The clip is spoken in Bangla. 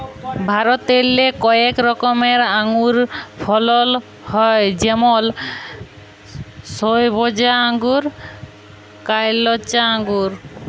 ভারতেল্লে কয়েক রকমের আঙুরের ফলল হ্যয় যেমল সইবজা আঙ্গুর, কাইলচা আঙ্গুর